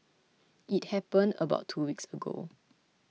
it happened about two weeks ago